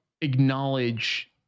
acknowledge